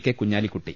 K Kunhalikutty